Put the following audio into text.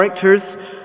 characters